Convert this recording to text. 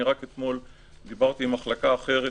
רק אתמול דיברתי עם מחלקה אחרת,